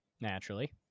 Naturally